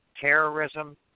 terrorism